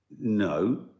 No